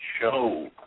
show